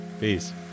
peace